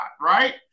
right